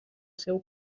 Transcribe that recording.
seu